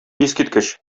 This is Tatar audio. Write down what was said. искиткеч